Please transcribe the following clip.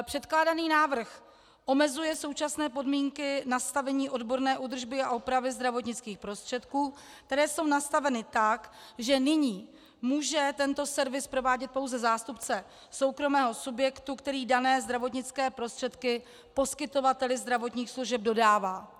Předkládaný návrh omezuje současné podmínky nastavení odborné údržby a opravy zdravotnických prostředků, které jsou nastaveny tak, že nyní může tento servis provádět pouze zástupce soukromého subjektu, který dané zdravotnické prostředky poskytovateli zdravotních služeb dodává.